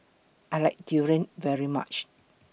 I like Durian very much